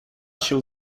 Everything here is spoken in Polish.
się